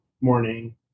Morning